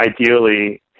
ideally